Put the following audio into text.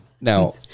now